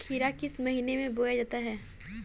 खीरा किस महीने में बोया जाता है?